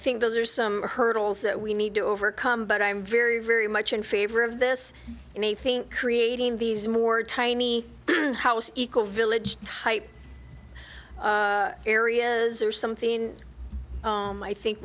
think those are some hurdles that we need to overcome but i'm very very much in favor of this anything creating these more tiny house eco village type areas or something i think